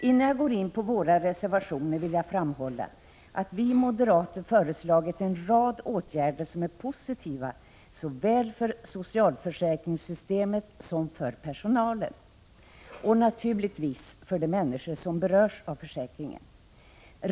Innan jag går in på våra reservationer vill jag framhålla, att vi moderater föreslagit en rad åtgärder som är positiva såväl för socialförsäkringssystemet som för personalen och naturligtvis för de människor som berörs av försäkringen.